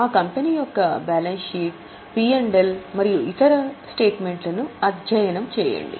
ఆ కంపెనీ యొక్క balance sheet P and L మరియు ఇతర స్టేట్మెంట్లను అధ్యయనం చేయండి